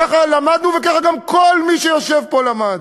ככה למדנו וככה גם כל מי שיושב פה למד.